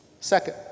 Second